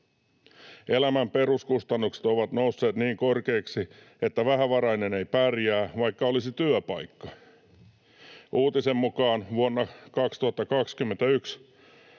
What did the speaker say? Elämän peruskustannukset ovat nousseet niin korkeiksi, että vähävarainen ei pärjää, vaikka olisi työpaikka. Uutisen mukaan vuonna 2021